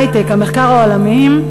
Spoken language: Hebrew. ההיי-טק והמחקר העולמיים,